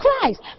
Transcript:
Christ